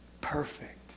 perfect